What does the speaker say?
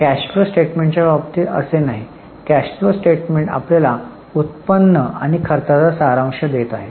cash flow स्टेटमेंटच्या बाबतीत असे नाही कॅश फ्लो स्टेटमेंट आपल्याला उत्पन्न आणि खर्चचा सारांश देत आहे